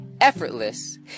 effortless